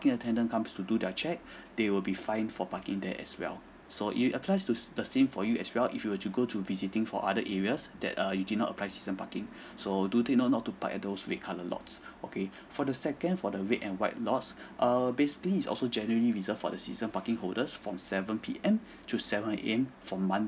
parking attendant comes to do their check they will be fined for parking there as well so it applies to s~ the same for you as well if you were to go to visiting for other areas that err you did not apply season parking so do take note not to park at those red colour lots okay for the second for the red and white lots err basically is also generally reserved for the season parking holders from seven P_M to seven A_M from